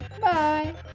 Bye